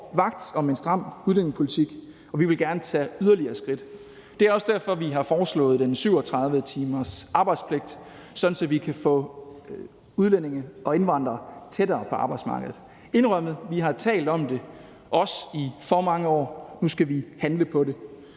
vagt om en stram udlændingepolitik, og vi vil gerne tage yderligere skridt. Det er også derfor, at vi har foreslået en 37-timers arbejdspligt, sådan at vi kan få udlændinge og indvandrere tættere på arbejdsmarkedet. Jeg indrømmer, at vi har talt om det i for mange år, men nu skal vi også handle på det.